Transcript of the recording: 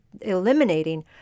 eliminating